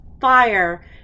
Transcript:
fire